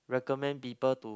recommend people to